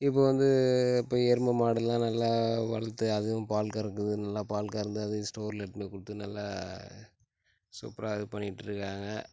இப்போது வந்து இப்போ எருமை மாடுல்லாம் நல்லா வளத்து அதுவும் பால் கரக்குது நல்லா பால் கரந்து அதையும் ஸ்டோர்ல எடுத்துன்னு போய் கொடுத்து நல்லா சூப்பராக இது பண்ணிட்டிருக்காங்க